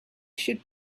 should